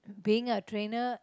being a trainer